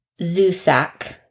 Zusak